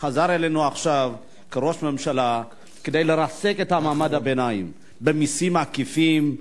הוא חזר אלינו עכשיו כראש ממשלה כדי לרסק את מעמד הביניים במסים עקיפים,